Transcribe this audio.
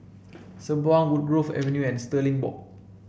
Sembawang Woodgrove Avenue and Stirling Walk